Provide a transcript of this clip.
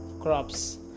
crops